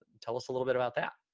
tell us a little bit about that.